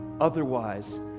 Otherwise